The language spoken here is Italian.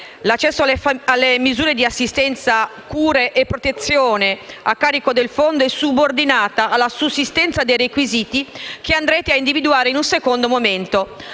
L'accesso alle misure di assistenza, cura e protezione a carico del Fondo è subordinata alla sussistenza dei requisiti che andrete a individuare in un secondo momento.